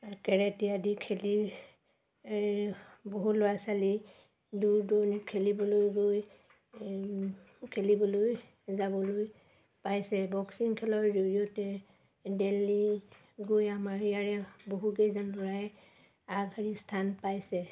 karate আদি খেলি বহু ল'ৰা ছোৱালী দূৰ দূৰণি খেলিবলৈ গৈ খেলিবলৈ যাবলৈ পাইছে বক্সিং খেলৰ জৰিয়তে দেল্লী গৈ আমাৰ ইয়াৰে বহুকেইজন ল'ৰাই আগশাৰী স্থান পাইছে